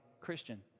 Christian